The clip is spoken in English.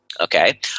okay